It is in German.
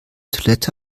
toilette